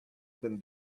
been